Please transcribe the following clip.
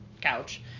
couch